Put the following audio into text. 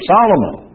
Solomon